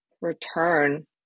return